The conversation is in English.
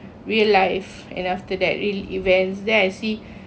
real life and after that real events there I see